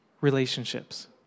relationships